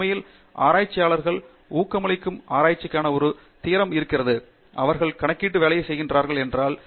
உண்மையில் ஆராய்ச்சியாளர்கள் ஊக்கமளிக்கும் ஆராய்ச்சிக்கான ஒரு தியரம் இருக்கிறது அவர்கள் கணக்கீட்டு வேலை செய்கிறார்கள் என்றால்